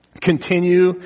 continue